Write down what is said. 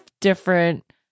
Different